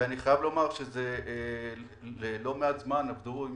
ואני חייב לומר שלא מעט עבדו עם